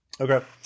Okay